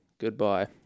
goodbye